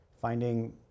finding